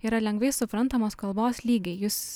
yra lengvai suprantamos kalbos lygai jūs